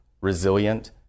resilient